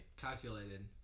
Calculated